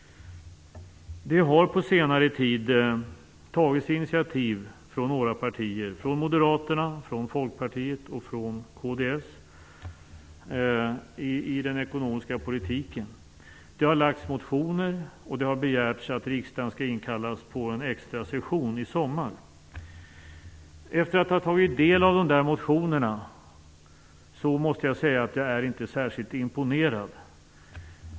Det har på senare tid tagits initiativ från några partier - från Moderaterna, Folkpartiet och kds - i den ekonomiska politiken. Det har lagts fram motioner och det har begärts att riksdagen skall inkallas till en extra session i sommar. Efter att ha tagit del av motionerna måste jag säga att jag inte är särskilt imponerad.